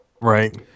Right